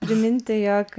priminti jog